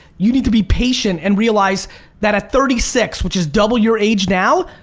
you need to be patient and realize that at thirty six, which is double your age now,